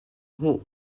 hmuh